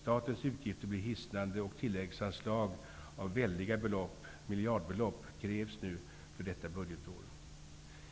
Statens utgifter blir hissnande och tilläggsanslag uppåt 4 miljarder krävs nu för detta budgetår.